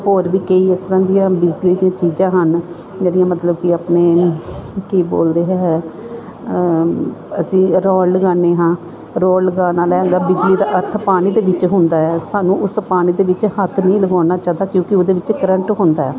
ਹੋਰ ਵੀ ਕਈ ਇਸ ਤਰ੍ਹਾਂ ਦੀਆਂ ਬਿਜਲੀ ਦੀਆਂ ਚੀਜ਼ਾਂ ਹਨ ਜਿਹੜੀਆਂ ਮਤਲਬ ਕਿ ਆਪਣੇ ਕੀ ਬੋਲਦੇ ਹੈ ਅਸੀਂ ਰੋਡ ਲਗਾਉਂਦੇ ਹਾਂ ਰੋਡ ਲਗਾਉਣ ਨਾਲ ਇਹ ਹੁੰਦਾ ਬਿਜਲੀ ਦਾ ਅਰਥ ਪਾਣੀ ਦੇ ਵਿੱਚ ਹੁੰਦਾ ਆ ਸਾਨੂੰ ਉਸ ਪਾਣੀ ਦੇ ਵਿੱਚ ਹੱਥ ਨਹੀਂ ਲਗਾਉਣਾ ਚਾਹੀਦਾ ਕਿਉਂਕਿ ਉਹਦੇ ਵਿੱਚ ਕਰੰਟ ਹੁੰਦਾ